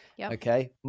Okay